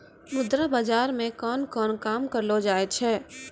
मुद्रा बाजार मे कोन कोन काम करलो जाय छै